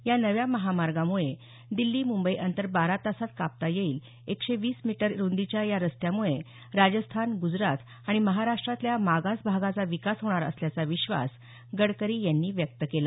या नव्या महामार्गामुळे दिल्ली मुंबई अंतर बारा तासात कापता येईल एकशे वीस मीटर रुंदीच्या या रस्त्यामुळे राजस्थान ग्जरात आणि महाराष्ट्रातल्या मागास भागाचा विकास होणार असल्याचा विश्वास गडकरी यांनी व्यक्त केला